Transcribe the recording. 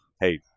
hey